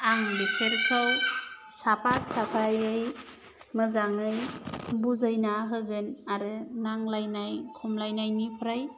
आं बिसोरखौ साफा साफायै मोजाङै बुजायना होगोन आरो नांज्लायनाय खमलायनायनिफ्राय